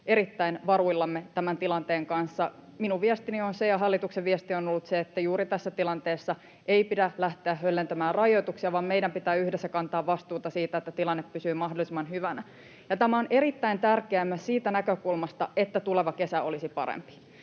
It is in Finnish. erittäin varuillamme tämän tilanteen kanssa. Minun viestini on se ja hallituksen viesti on ollut se, että juuri tässä tilanteessa ei pidä lähteä höllentämään rajoituksia, vaan meidän pitää yhdessä kantaa vastuuta siitä, että tilanne pysyy mahdollisimman hyvänä. Tämä on erittäin tärkeää myös siitä näkökulmasta, että tuleva kesä olisi parempi,